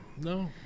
No